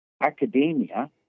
academia